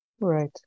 Right